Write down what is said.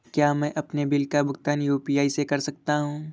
क्या मैं अपने बिल का भुगतान यू.पी.आई से कर सकता हूँ?